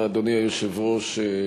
אדוני היושב-ראש,